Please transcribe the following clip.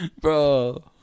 Bro